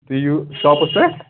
تُہۍ یِیِو شاپَس پٮ۪ٹھ